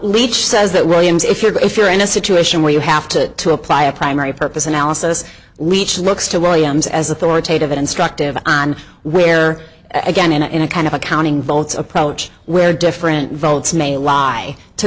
leach says that williams if you're if you're in a situation where you have to to apply a primary purpose analysis leach looks to williams as authoritative instructive on where again in a kind of a counting votes approach where different votes may lie to